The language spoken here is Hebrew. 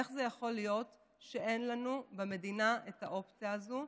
איך זה יכול להיות שאין לנו במדינה את האופציה הזו.